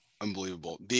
unbelievable